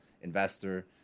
investor